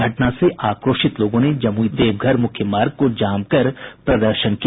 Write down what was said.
घटना से आक्रोशित लोगों ने जमूई देवघर मूख्य मार्ग को जाम कर प्रदर्शन किया